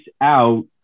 out